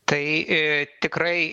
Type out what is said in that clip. tai tikrai